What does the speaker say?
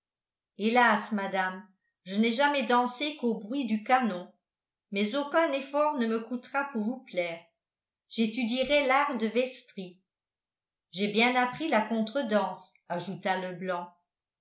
hélas madame je n'ai jamais dansé qu'au bruit du canon mais aucun effort ne me coûtera pour vous plaire j'étudierai l'art de vestris j'ai bien appris la contredanse ajouta leblanc